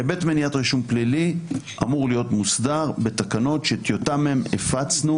היבט מניעת רישום פלילי אמור להיות מוסדר בתקנות שטיוטה מהן הפצנו